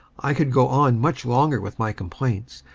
i could go on much longer with my complaints,